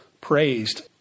praised